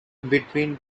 between